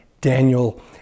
Daniel